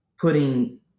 putting